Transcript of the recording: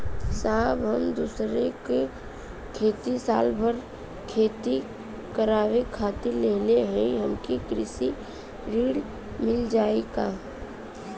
साहब हम दूसरे क खेत साल भर खेती करावे खातिर लेहले हई हमके कृषि ऋण मिल जाई का?